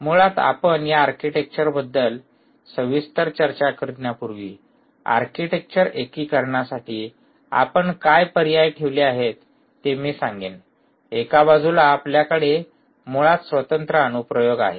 मुळात आपण या आर्किटेक्चरबद्दल सविस्तर चर्चा करण्यापूर्वी आर्किटेक्चर एकीकरणासाठी आपण काय पर्याय ठेवले आहेत ते मी सांगेन एका बाजूला आपल्याकडे मुळात स्वतंत्र अनुप्रयोग आहेत